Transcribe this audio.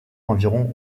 environ